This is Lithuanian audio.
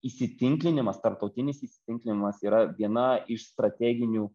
įsitikinklinimas tarptautinis įsitikinklinimas yra viena iš strateginių